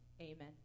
amen